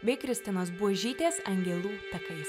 bei kristinos buožytės angelų takais